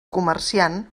comerciant